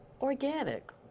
organic